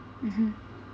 mmhmm